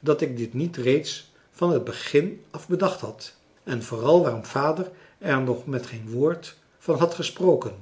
dat ik dit niet reeds van het eerste begin af bedacht had en vooral waarom vader er nog met geen enkel woord van had gesproken